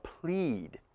plead